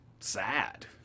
sad